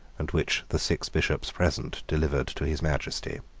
and which the six bishops present delivered to his majesty?